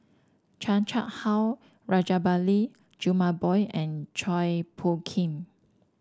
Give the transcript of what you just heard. Chan Chang How Rajabali Jumabhoy and Chua Phung Kim